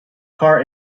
car